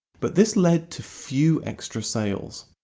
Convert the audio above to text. but this led to few extra sales.